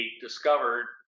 discovered